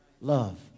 love